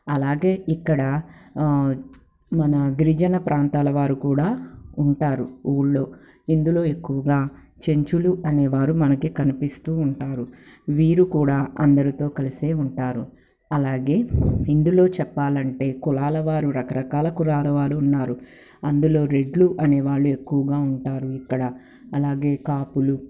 అలాగే ఇక్కడ మన గిరిజన ప్రాంతాల వారు కూడా ఉంటారు ఊళ్ళో ఇందులో ఎక్కువుగా చెంచులు అనేవారు మనకి కనిపిస్తూ ఉంటారు వీరు కూడా అందరితో కలిసే ఉంటారు అలాగే ఇందులో చెప్పాలంటే కులాల వారు రకరకాల కులాల వారు ఉన్నారు అందులో రెడ్లు అనే వాళ్ళు ఎక్కువగా ఉంటారు ఇక్కడ అలాగే కాపులు